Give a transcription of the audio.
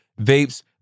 vapes